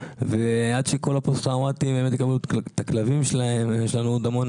עד שכל הפוסט טראומטיים יקבלו את הכלבים שלהם יש לנו עוד המון